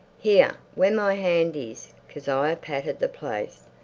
here where my hand is. kezia patted the place.